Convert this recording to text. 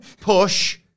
push